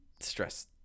stress